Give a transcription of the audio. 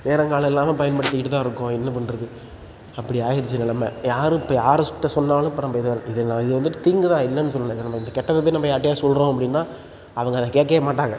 நேரம் காலம் இல்லாமல் பயன்படுத்திக்கிட்டு தான் இருக்கோம் என்ன பண்ணுறது அப்படி ஆகிருச்சி நிலம யாரும் இப்போ யாருக் கிட்டே சொன்னாலும் இப்போ நம்ம இதை இதெல்லாம் இது வந்துட்டு தீங்கு தான் இல்லைன்னு சொல்லல்லை இதை நம்ம இந்த கெட்டது வந்து நம்ம யார்கிட்டையாது சொல்கிறோம் அப்படின்னா அவங்க அதை கேட்கவே மாட்டாங்க